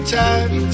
time